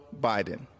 Biden